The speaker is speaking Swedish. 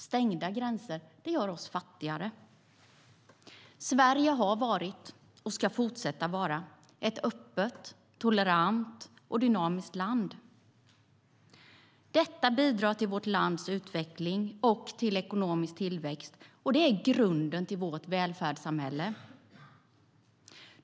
Stängda gränser gör oss fattigare. Sverige har varit och ska fortsätta vara ett öppet, tolerant och dynamiskt land. Detta bidrar till vårt lands utveckling och till ekonomisk tillväxt, och det är grunden till vårt välfärdssamhälle.